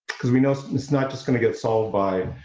because we know it's not just going to get solved by